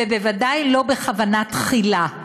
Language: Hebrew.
ובוודאי לא בכוונה תחילה.